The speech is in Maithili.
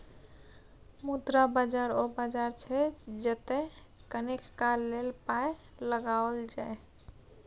मुद्रा बाजार ओ बाजार छै जतय कनेक काल लेल पाय लगाओल जाय